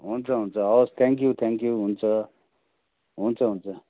हुन्छ हुन्छ हवस् थ्याङ्क यू थ्याङ्क यू हुन्छ हुन्छ हुन्छ